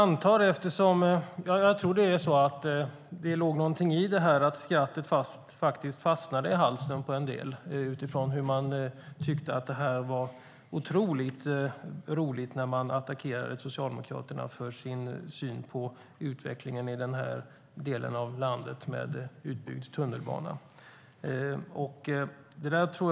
Herr talman! Jag tror att det låg något i att skrattet fastnade i halsen på en del utifrån att man tyckte att det var otroligt roligt när man attackerade Socialdemokraterna för deras syn på utvecklingen med utbyggd tunnelbana i denna del av landet.